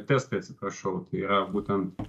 testai atsiprašau tai yra būtent